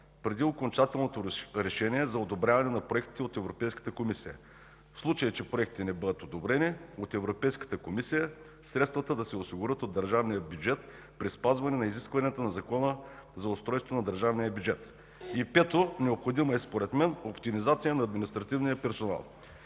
преди окончателното решение за одобряване на проектите от Европейската комисия. В случай, че проектите не бъдат одобрени от Европейската комисия, средствата да се осигурят от държавния бюджет при спазване на изискванията на Закона за държавния бюджет. Пето, според мен е необходима оптимизация на административния персонал.